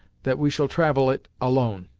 that we shall travel it alone!